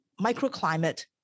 microclimate